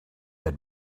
had